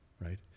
Right